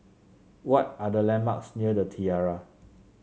what are the landmarks near The Tiara